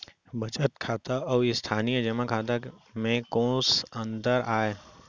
बचत खाता अऊ स्थानीय जेमा खाता में कोस अंतर आय?